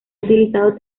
utilizado